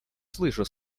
слышу